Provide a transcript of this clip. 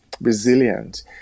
resilient